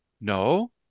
no